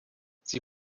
sie